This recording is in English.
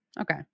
Okay